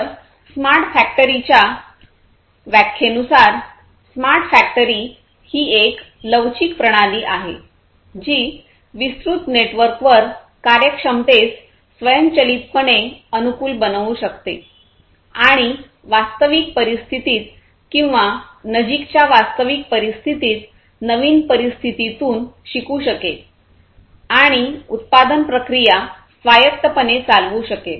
तर स्मार्ट फॅक्टरीच्या व्याख्येनुसार "स्मार्ट फॅक्टरी ही एक लवचिक प्रणाली आहेजी विस्तृत नेटवर्कवर कार्यक्षमतेस स्वयंचलितपणे अनुकूल बनवू शकते आणि वास्तविक परिस्थितीत किंवा नजीकच्या वास्तविक परिस्थितीत नवीन परिस्थितीतून शिकू शकेल आणि उत्पादन प्रक्रिया स्वायत्तपणे चालवू शकेल